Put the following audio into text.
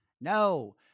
No